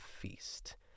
Feast